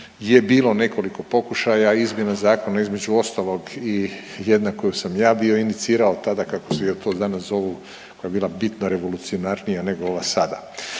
je bilo nekoliko pokušaja izmjena zakona između ostalog i jedna koju sam ja bio inicirao tada kako to danas zovu koja je bila bitno revolucionarnija nego ova sada.